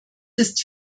ist